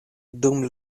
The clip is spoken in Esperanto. dum